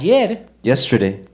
Yesterday